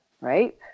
Right